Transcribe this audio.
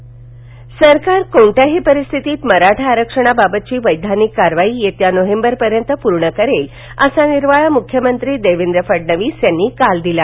मराठा आरक्षण सरकार कोणत्याही परिस्थितीत मराठा आरक्षणाबाबतची वैधानिक कारवाई येत्या नोव्हेंबरपर्यंत पूर्ण करेल असा निर्वाळा मुख्यमंत्री देवेंद्र फडणविस यांनी काल दिला